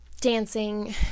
dancing